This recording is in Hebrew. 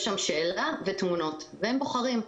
יש שם שאלה ותמונות והם בוחרים.